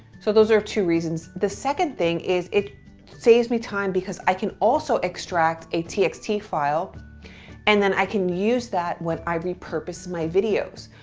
so those are two reasons. the second thing is it saves me time because i can also extract a txt file and then i can use that when i repurpose my videos.